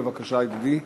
בבקשה, ידידי.